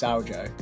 Aljo